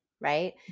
right